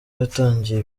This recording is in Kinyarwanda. yatangiye